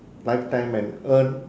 lifetime and earn